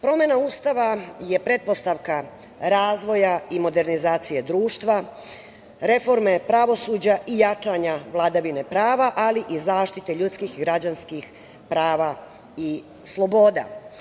Promena Ustava je pretpostavka razvoja i modernizacije društva, reforme pravosuđa i jačanja vladavine prava, ali i zaštite ljudskih i građanskih prava i sloboda.